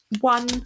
one